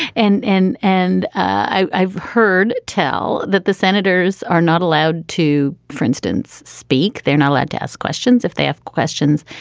and and and i've heard tell that the senators are not allowed to, for instance, speak. they're not allowed to ask questions if they have questions.